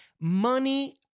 Money